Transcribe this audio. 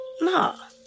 No